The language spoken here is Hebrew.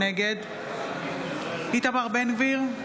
נגד איתמר בן גביר,